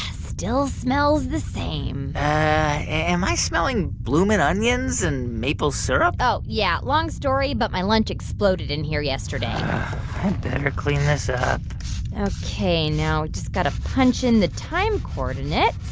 still smells the same am i smelling blooming onions and maple syrup? oh, yeah. long story, but my lunch exploded in here yesterday ugh, i better clean this up ok. now just got to punch in the time coordinates.